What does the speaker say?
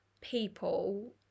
people